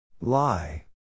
Lie